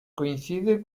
coincide